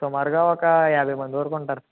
సుమారుగా ఒక యాభై మంది వరకు ఉంటారు